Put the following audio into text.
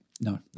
No